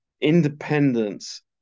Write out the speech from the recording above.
independence